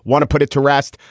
want to put it to rest.